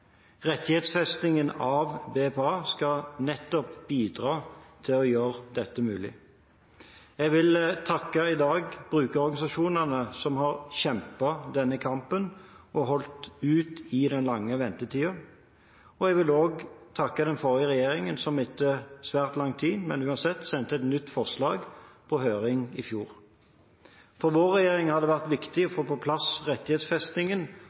Rettighetsfestingen av BPA skal nettopp bidra til å gjøre dette mulig. Jeg vil i dag takke brukerorganisasjonene som har kjempet denne kampen og holdt ut i den lange ventetiden. Jeg vil òg takke den forrige regjeringen som etter svært lang tid, men uansett, sendte et nytt forslag på høring i for. For vår regjering har det vært viktig å få på plass rettighetsfestingen